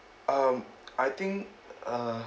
um I think uh